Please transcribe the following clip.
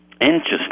Interesting